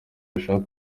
ashaka